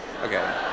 Okay